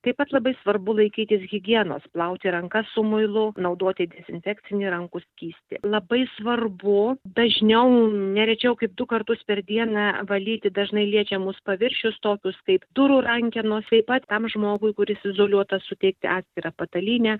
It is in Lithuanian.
taip pat labai svarbu laikytis higienos plauti rankas su muilu naudoti dezinfekcinį rankų skystį labai svarbu dažniau ne rečiau kaip du kartus per dieną valyti dažnai liečiamus paviršius tokius kaip durų rankenos taip pat tam žmogui kuris izoliuotas suteikti atskirą patalynę